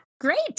Great